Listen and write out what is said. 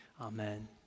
Amen